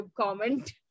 comment